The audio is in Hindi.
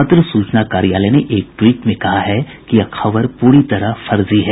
पत्र सूचना कार्यालय ने एक ट्वीट कर कहा है कि यह खबर पूरी तरफ फर्जी है